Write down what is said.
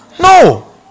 No